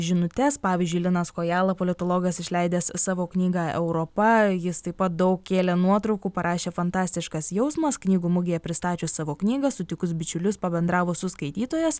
žinutes pavyzdžiui linas kojala politologas išleidęs savo knyga europa jis taip pat daug kėlė nuotraukų parašė fantastiškas jausmas knygų mugėje pristačius savo knygą sutikus bičiulius pabendravo su skaitytojas